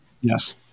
Yes